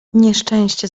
nieszczęście